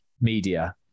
media